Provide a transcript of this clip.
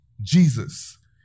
Jesus